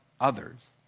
others